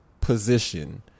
position